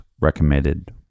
recommended